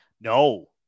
No